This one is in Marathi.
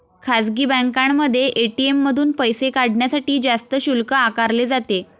खासगी बँकांमध्ये ए.टी.एम मधून पैसे काढण्यासाठी जास्त शुल्क आकारले जाते